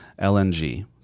LNG